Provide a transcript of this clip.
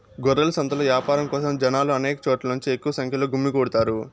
గొర్రెల సంతలో యాపారం కోసం జనాలు అనేక చోట్ల నుంచి ఎక్కువ సంఖ్యలో గుమ్మికూడతారు